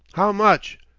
how much?